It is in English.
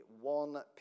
one